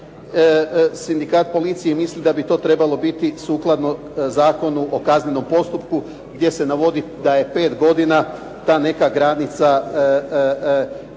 Sindikat policije misli da bi to trebalo biti sukladno Zakonu o kaznenom postupku gdje se navodi da je 5 godina ta neka granica težeg